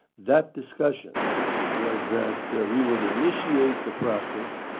that discussion was that we would initiate the process.